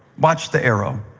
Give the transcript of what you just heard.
watch the arrow.